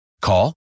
Call